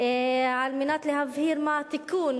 כדי להבהיר מה התיקון,